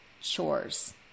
chores